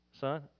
son